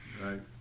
right